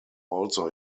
also